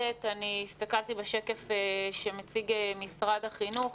אני הסתכלתי בשקף שמציג משרד החינוך.